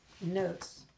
notes